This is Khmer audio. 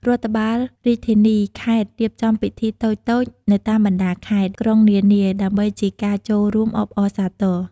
រដ្ឋបាលរាជធានី-ខេត្ត រៀបចំពិធីតូចៗនៅតាមបណ្ដាខេត្ត-ក្រុងនានា ដើម្បីជាការចូលរួមអបអរសារទរ។